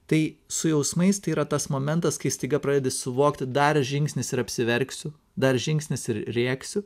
tai su jausmais tai yra tas momentas kai staiga pradedi suvokti dar žingsnis ir apsiverksiu dar žingsnis ir rėksiu